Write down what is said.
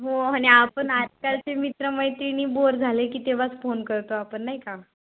हो आणि आपण आजकालचे मित्र मैत्रिणी बोर झाले की तेव्हाच फोन करतो आपण नाही का